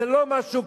זה לא כלום.